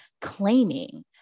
claiming